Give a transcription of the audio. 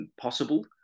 possible